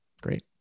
great